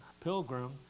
Pilgrim